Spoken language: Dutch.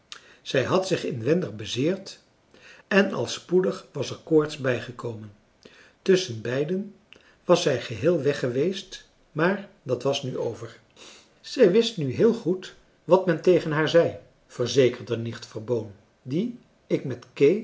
zij had zich inwendig bezeerd en al spoedig was er koorts bijgekomen tusschenbeiden was zij geheel weg geweest maar dat was nu over zij wist nu heel goed wat men tegen haar zei verzekerde nicht verboon die ik met